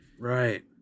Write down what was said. Right